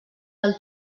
del